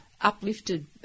uplifted